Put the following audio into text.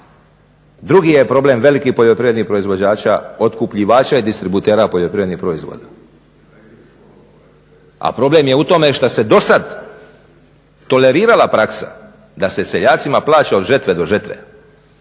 Drugi je problem veliki poljoprivrednih proizvođača, otkupljivača i distributera poljoprivrednih proizvoda, a problem je u tome što se do sada tolerirala praksa da se seljacima plaća od žetve do žetve,